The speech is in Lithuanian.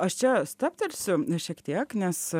aš čia stabtelsiu šiek tiek nes